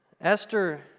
Esther